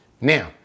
Now